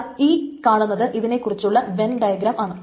ദാ ഈ കാണുന്നത് ഇതിനെക്കുറിച്ചുള്ള വെൻ ഡയഗ്രം ആണ്